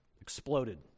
exploded